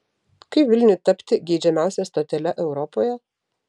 kaip vilniui tapti geidžiamiausia stotele europoje